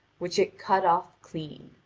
which it cut off clean.